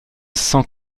cent